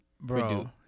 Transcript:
bro